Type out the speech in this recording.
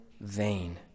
vain